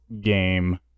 game